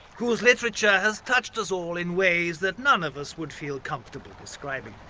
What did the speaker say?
whose literature has touched us all in ways that none of us would feel comfortable describing.